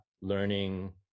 learning